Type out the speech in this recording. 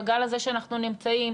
בגל הזה שאנחנו נמצאים,